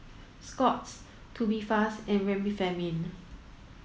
Scott's Tubifast and Remifemin